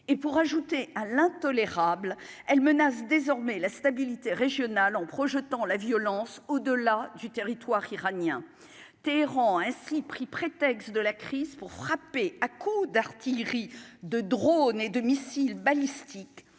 et pour ajouter à l'intolérable, elle menace désormais la stabilité régionale en projetant la violence au-delà du territoire iranien, Téhéran a ainsi pris prétexte de la crise pour frapper à coups d'artilleries de drônes et de missiles balistiques,